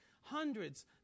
hundreds